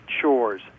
chores